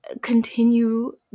continue